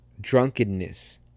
drunkenness